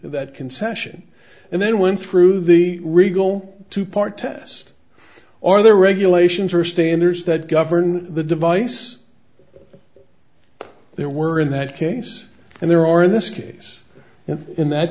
that concession and then went through the regal two part test or the regulations or standards that govern the device there were in that case and there are in this case and in that